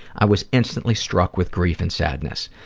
i was instantly struck with grief and sadness.